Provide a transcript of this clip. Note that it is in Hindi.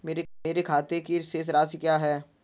मेरे खाते की शेष राशि क्या है?